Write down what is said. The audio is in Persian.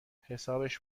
حسابش